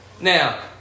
Now